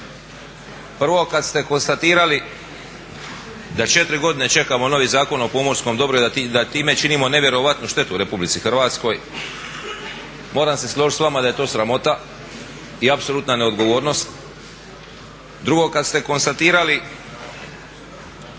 Prvo kada ste konstatirali da 4 godine čekamo novi Zakon o pomorskom dobru i da time činimo nevjerojatnu štetu Republici Hrvatskoj, moram se složiti s vama da je to sramota i apsolutna neodgovornost. Drugo kada ste konstatirali